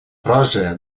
prosa